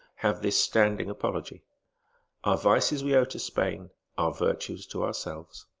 have this standing apology our vices we owe to spain our virtues to ourselves.